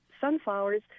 sunflowers